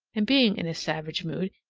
and, being in a savage mood,